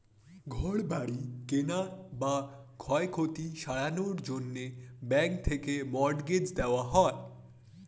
ঘর বাড়ি কেনার বা ক্ষয়ক্ষতি সারানোর জন্যে ব্যাঙ্ক থেকে মর্টগেজ দেওয়া হয়